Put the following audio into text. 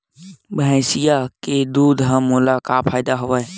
भैंसिया के दूध म मोला का फ़ायदा हवय?